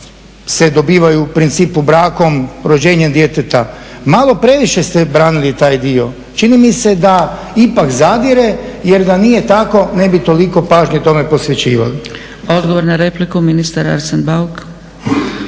se dobivaju u principu brakom, rođenjem djeteta. Malo previše ste branili taj dio. Čini mi se da ipak zadire, jer da nije tako ne bi toliko pažnje tome posvećivali. **Zgrebec, Dragica (SDP)** Odgovor na repliku, ministar Arsen Bauk.